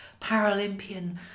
Paralympian